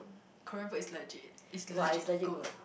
Korean food is legit is legit good